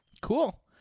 Cool